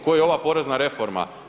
Kao i ova porezna reforma.